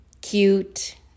cute